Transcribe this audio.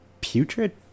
putrid